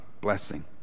blessing